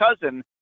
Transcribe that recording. cousin